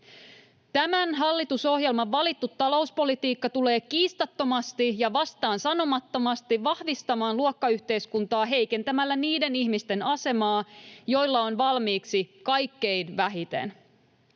Tämän hallitusohjelman valittu talouspolitiikka tulee kiistattomasti ja vastaansanomattomasti vahvistamaan luokkayhteiskuntaa heikentämällä niiden ihmisten asemaa, joilla on valmiiksi kaikkein vähiten.